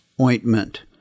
ointment